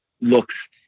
looks